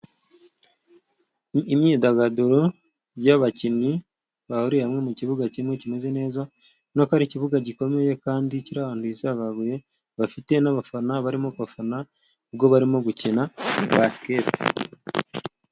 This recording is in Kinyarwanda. Imyidagaduro y'abakinnyi bahuriye hamwe mu kibuga kimwe kimeze neza, ubona ko ari ikibuga gikomeye kandi kiri ahantu hisagaguye, bafite n'abafana barimo kubafana ubwo barimo gukina basiketi.